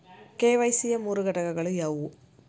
KYC ಯ ಮೂರು ಘಟಕಗಳು ಯಾವುವು?